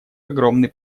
огромный